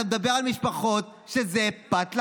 אתה מדבר על משפחות שזה פת לחמם.